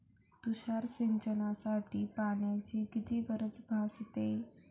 तुषार सिंचनासाठी पाण्याची किती गरज भासते?